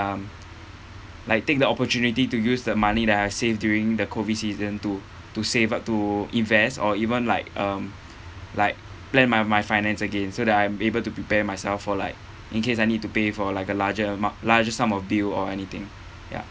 um like take the opportunity to use the money that I save during the COVID season to to save up to invest or even like um like plan my my finance again so that I'm able to prepare myself for like in case I need to pay for like a larger amount larger sum of bill or anything ya